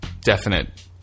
definite